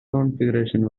configuration